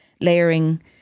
layering